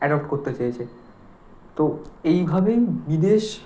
adopt করতে চেয়েছে তো এইভাবেই বিদেশ